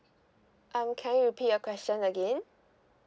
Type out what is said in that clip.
um can you repeat your question again